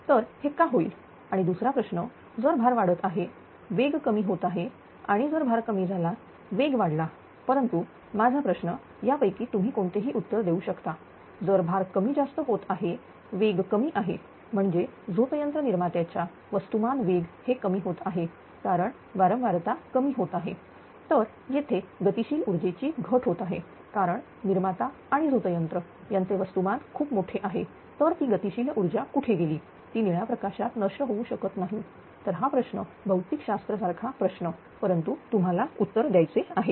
तर हे का होईल आणि दुसरा प्रश्न जर भार वाढत आहे वेग कमी होत आहे आणि जर भार कमी झाला वेग वाढला परंतु माझा प्रश्न यापैकी तुम्ही कोणतेही उत्तर देऊ शकता जर भार कमी जास्त होत आहे वेग कमी आहे म्हणजे झोतयंत्र निर्मात्याचा वस्तुमान वेग हे कमी होत आहे कारण वारंवारता कमी होत आहे तर येथे गतिशील ऊर्जेची घट होत आहे कारण निर्माता आणि झोतयंत्र यांचे वस्तुमान खूप मोठे आहे तर ती गतिशील ऊर्जा कुठे गेली ती निळ्या प्रकाशात नष्ट होऊ शकत नाही तर हा प्रश्न भौतिक शास्त्र सारखा प्रश्न परंतु तुम्हाला उत्तर द्यायचे आहे